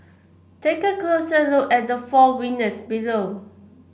take a closer look at the four winners below